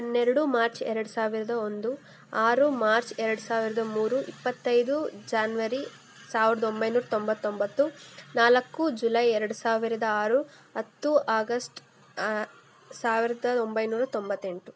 ಹನ್ನೆರಡು ಮಾರ್ಚ್ ಎರಡು ಸಾವಿರದ ಒಂದು ಆರು ಮಾರ್ಚ್ ಎರಡು ಸಾವಿರದ ಮೂರು ಇಪ್ಪತ್ತೈದು ಜಾನ್ವರಿ ಸಾವ್ರದ ಒಂಬೈನೂರ ತೊಂಬತ್ತೊಂಬತ್ತು ನಾಲ್ಕು ಜುಲೈ ಎರಡು ಸಾವಿರದ ಆರು ಹತ್ತು ಆಗಸ್ಟ್ ಸಾವಿರದ ಒಂಬೈನೂರ ತೊಂಬತ್ತೆಂಟು